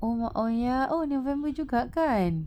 oh oh ya oh november juga kan